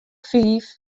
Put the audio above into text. fiif